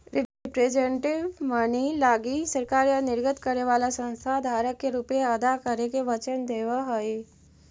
representative money लगी सरकार या निर्गत करे वाला संस्था धारक के रुपए अदा करे के वचन देवऽ हई